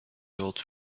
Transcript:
old